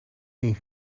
een